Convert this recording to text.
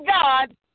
God